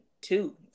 two